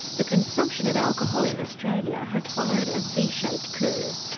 the consumption of alcohol in australia has followed a v-shaped curve,